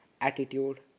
attitude